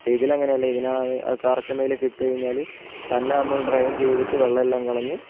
പക്ഷേ ഇതിൽ അങ്ങനെ അല്ല ഇതിനാണ് അത് കറക്കുന്നതിലൊക്കെ ഇട്ടു കഴിഞ്ഞാൽ തന്നെ നമ്മൾ ഡ്രയിൻ ചെയ്തിട്ട് വെള്ളം എല്ലാം കളഞ്ഞ്